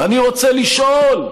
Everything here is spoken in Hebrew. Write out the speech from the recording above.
ואני רוצה לשאול,